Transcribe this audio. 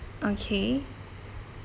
okay